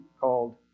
called